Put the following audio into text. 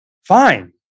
fine